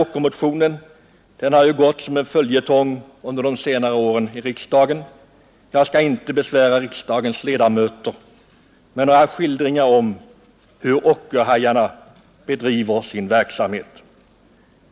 Ockermotionen har ju gått som en följetong under de senare årens riksdagar, och jag skall inte besvära kammarens ledamöter med några skildringar av hur ockerhajarna bedriver sin verksamhet.